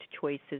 choices